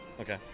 Okay